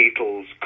Beatles